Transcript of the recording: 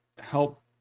help